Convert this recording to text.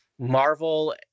Marvel